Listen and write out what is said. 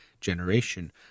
generation